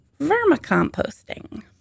vermicomposting